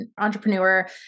entrepreneur